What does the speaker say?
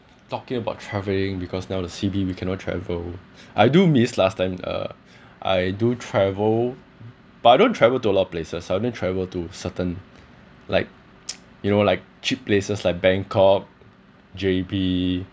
talking about travelling because now the C_B we cannot travel I do miss last time uh I do travel but I don't travel to a lot of places I only travel to certain like you know like cheap places like bangkok J_B